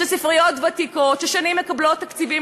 שספריות ותיקות ששנים מקבלות תקציבים